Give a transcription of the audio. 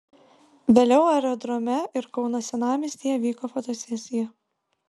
vėliau aerodrome ir kauno senamiestyje vyko fotosesija